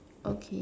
okay